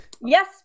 Yes